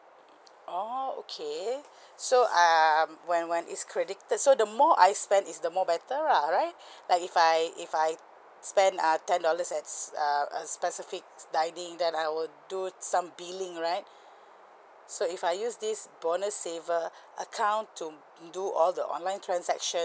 orh okay so um when when it's credited so the more I spend is the more better lah right like if I if I spend uh ten dollars and a a specific dining then I will do some billing right so if I use this bonus saver account to do all the online transaction